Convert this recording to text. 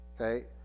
Okay